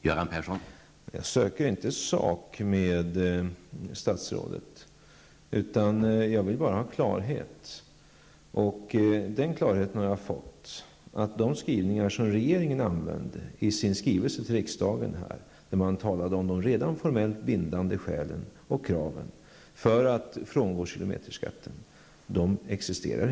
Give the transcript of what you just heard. Herr talman! Jag söker inte sak med statsrådet, utan jag vill bara ha klarhet. Den klarheten har jag också fått -- de formuleringar som regeringen använder i sin skrivelse till riksdagen, där man talar om de redan formellt bindande kraven på frångående av kilometerskatten, är felaktiga.